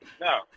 No